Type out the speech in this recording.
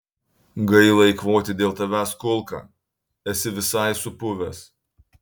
gaila eikvoti dėl tavęs kulką esi visai supuvęs